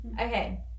Okay